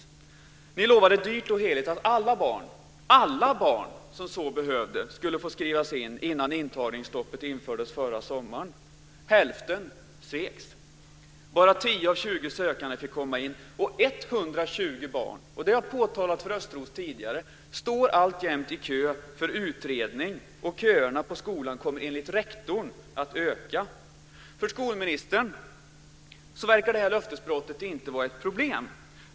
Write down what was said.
Regeringen lovade dyrt och heligt att alla barn som så behövde skulle få skrivas in innan intagningsstoppet infördes förra sommaren. Hälften sveks. Bara 10 av 20 sökande fick komma in. Och 120 barn, vilket jag har påtalat för Östros tidigare, står alltjämt i kö för utredning, och köerna till skolan kommer enligt rektorn att bli längre. För skolministern verkar detta löftesbrott inte vara något problem.